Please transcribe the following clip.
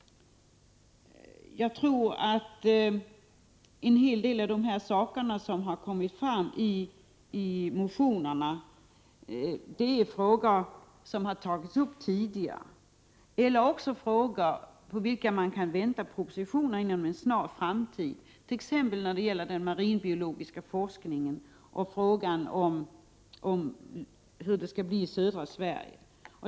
Jag tror att en hel del av vad som behandlas i motionerna har tagits upp | tidigare, eller också gäller det sådant om vilket det kan väntas en proposition inom en snar framtid. Detta gäller t.ex. den marinbiologiska forskningen och | frågan om hur det skall bli i södra Sverige.